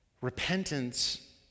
Repentance